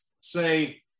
say